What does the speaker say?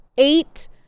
Eight